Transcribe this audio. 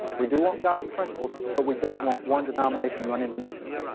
we do want god's principles, but we don't want one denomination running the nation.